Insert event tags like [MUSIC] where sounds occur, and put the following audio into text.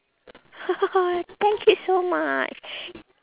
[LAUGHS] thank you so much